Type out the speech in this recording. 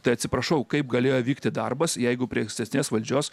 tai atsiprašau kaip galėjo vykti darbas jeigu prie ankstesnės valdžios